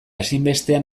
ezinbestean